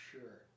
Sure